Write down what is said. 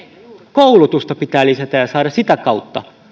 koulutusta pitää lisätä ja saada sitä kautta